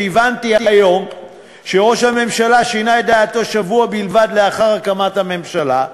הבנתי היום שראש הממשלה שינה את דעתו שבוע בלבד לאחר הקמת הממשלה,